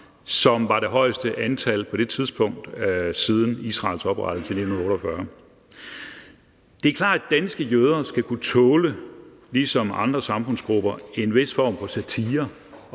det var det højeste antal på det tidspunkt siden Israels oprettelse i 1948. Det er klart, at danske jøder ligesom andre samfundsgrupper skal kunne tåle